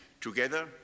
together